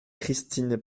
christine